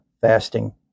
fasting